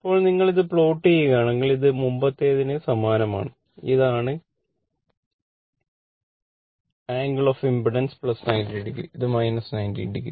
ഇപ്പോൾ നിങ്ങൾ ഇത് പ്ലോട്ട് ചെയ്യുകയാണെങ്കിൽ ഇത് മുമ്പത്തേതിന് സമാനമാണ് ഇതാണ് ആംഗിൾ ഓഫ് ഇംപെഡൻസ് ആണ്